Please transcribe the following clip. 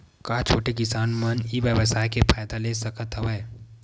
का छोटे किसान मन ई व्यवसाय के फ़ायदा ले सकत हवय?